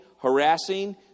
harassing